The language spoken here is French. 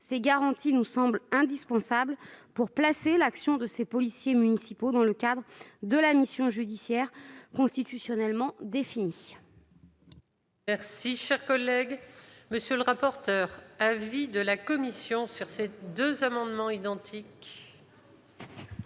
Ces garanties nous semblent indispensables pour placer l'action de ces policiers municipaux dans le cadre de la mission judiciaire constitutionnellement définie.